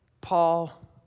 Paul